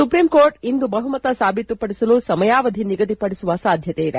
supreme court ಇಂದು ಬಹುಮತ ಸಾಬೀತುಪಡಿಸಲು ಸಮಯಾವಧಿ ನಿಗದಿಪಡಿಸುವ ಸಾಧ್ಯತೆ ಇದೆ